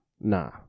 nah